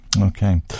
Okay